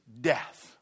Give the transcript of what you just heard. death